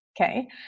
Okay